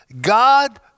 God